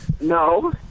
No